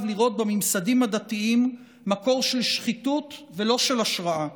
לראות בממסדים הדתיים מקור של שחיתות ולא של השראה,